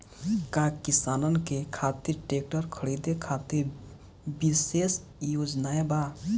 का किसानन के खातिर ट्रैक्टर खरीदे खातिर विशेष योजनाएं बा?